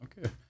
Okay